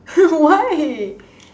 why